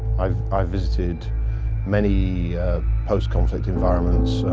i've i've visited many post-conflict environments,